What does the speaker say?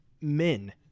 men